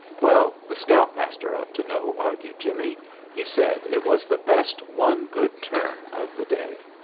well, the scout-master ought to know, argued jimmie he said it was the best one good turn of the day!